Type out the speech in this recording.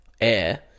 air